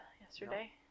yesterday